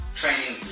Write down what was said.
training